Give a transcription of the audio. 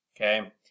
okay